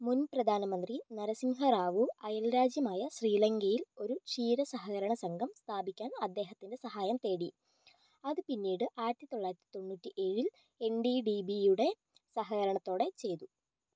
മുൻപ്രധാനമന്ത്രി നരസിംഹറാവു അയൽരാജ്യമായ ശ്രീലങ്കയിൽ ഒരു ക്ഷീരസഹകരണ സംഘം സ്ഥാപിക്കാൻ അദ്ദേഹത്തിൻ്റെ സഹായം തേടി അത് പിന്നീട് ആയിരത്തി തൊള്ളായിരത്തി തൊണ്ണൂറ്റിയേഴിൽ എൻ ഡി ഡി ബിയുടെ സഹകരണത്തോടെ ചെയ്തു